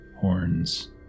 horns